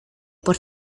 por